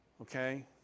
Okay